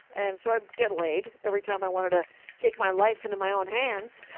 and so i'd get laid every time i wanted to take my life into my own hands.